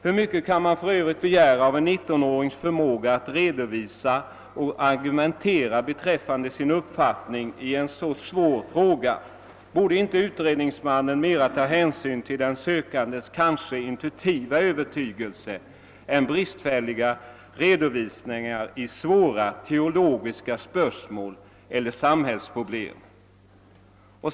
Hur mycket kan man för övrigt begära av en nittonårings förmåga att redovisa och argumentera beträffande sin uppfattning i en så svår fråga? Borde inte utredningsmannen mera ta hänsyn till den sökandes kanske intuitiva övertygelse än bristfälliga redovisningar i svåra teologiska spörsmål eller samhällsproblem?